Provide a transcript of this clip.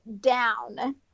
down